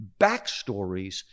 backstories